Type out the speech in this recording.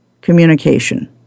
communication